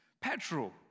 petrol